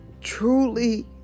truly